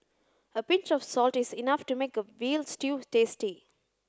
a pinch of salt is enough to make a veal stew tasty